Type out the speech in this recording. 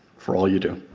for all you do.